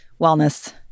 wellness